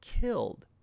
killed